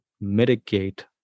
mitigate